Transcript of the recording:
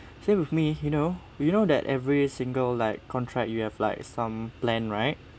same with me you know do you know that every single like contract you have like some plan right